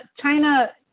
China